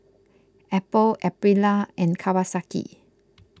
Apple Aprilia and Kawasaki